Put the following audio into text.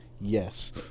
yes